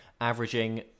averaging